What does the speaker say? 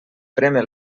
prémer